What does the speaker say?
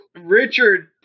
Richard